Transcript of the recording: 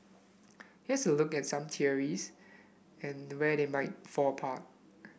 here's a look at some theories and where they might fall apart